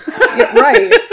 Right